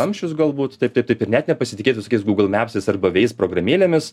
kamščius galbūt taip taip taip ir net nepasitikėt visokiais gūglmepsais arba veiz programėlėmis